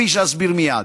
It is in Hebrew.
כפי שאסביר מייד.